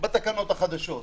בתקנות החדשות.